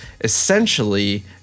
essentially